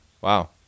wow